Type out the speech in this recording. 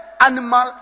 animal